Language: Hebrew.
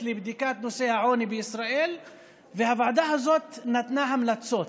לבדיקת נושא העוני בישראל והוועדה הזאת נתנה המלצות,